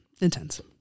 intense